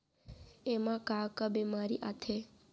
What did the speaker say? एमा का का बेमारी आथे?